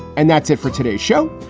and that's it for today's show.